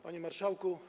Panie Marszałku!